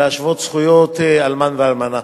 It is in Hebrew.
להשוות זכויות אלמן ואלמנה.